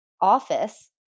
office